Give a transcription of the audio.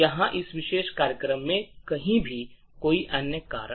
या इस विशेष कार्यक्रम में कहीं भी कोई अन्य कारक